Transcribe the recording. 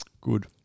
Good